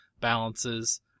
balances